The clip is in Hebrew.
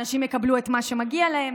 אנשים יקבלו את מה שמגיע להם.